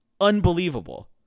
Unbelievable